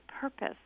purpose